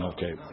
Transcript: Okay